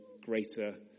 greater